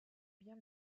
bien